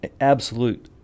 absolute